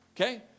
okay